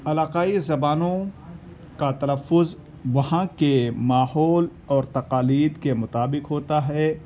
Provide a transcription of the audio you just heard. علاقائی زبانوں کا تلفظ وہاں کے ماحول اور تقالید کے مطابق ہوتا ہے